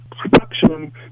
production